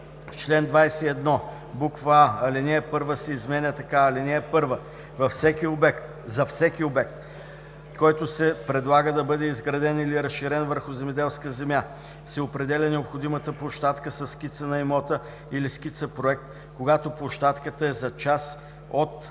чл. 21: а) алинея 1 се изменя така: „(1) За всеки обект, който се предлага да бъде изграден или разширен върху земеделска земя, се определя необходимата площадка със скица на имота или скица-проект, когато площадката е за част от